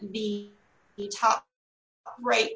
be right